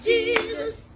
Jesus